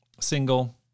single